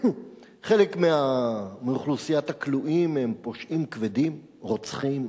חלק מאוכלוסיית הכלואים הם פושעים כבדים: רוצחים,